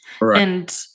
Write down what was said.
and-